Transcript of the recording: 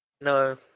No